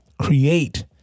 create